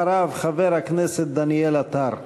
אחריו, חבר הכנסת דניאל עטר.